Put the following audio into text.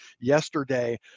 yesterday